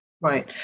Right